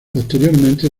posteriormente